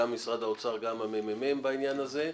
גם משרד האוצר וגם הממ"מ בעניין הזה.